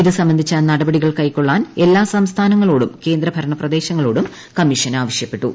ഇതു സംബന്ധിച്ച നടപ്പടികൾ കൈക്കാള്ളുവാൻ എല്ലാ സംസ്ഥാനങ്ങളോടും കേന്ദ്രഭരണ പ്രദേശങ്ങളോടും കമ്മീഷൻ ആവശ്യപ്പെട്ടു